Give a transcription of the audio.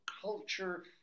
culture